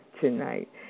tonight